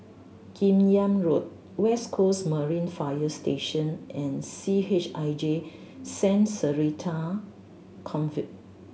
Kim Yam Road West Coast Marine Fire Station and C H I J Saint Theresa's Convent